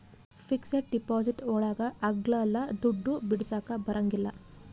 fixed deposit ಒಳಗ ಅಗ್ಲಲ್ಲ ದುಡ್ಡು ಬಿಡಿಸಕ ಬರಂಗಿಲ್ಲ